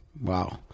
wow